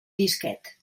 disquet